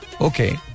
Okay